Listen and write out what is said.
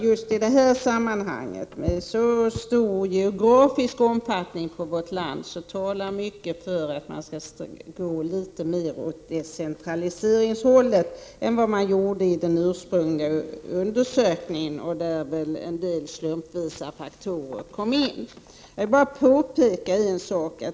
Just i detta sammanhang, med tanke på den stora geografiska omfattningen av vårt land, talar mycket för att vi skall gå litet mer åt decentraliseringshållet än man gjort i den ursprungliga undersökningen, där ju en del slumpvisa faktorer kom in. Jag vill påpeka en sak.